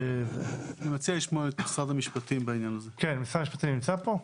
משרד המשפטים נמצא פה?